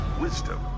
wisdom